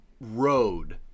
road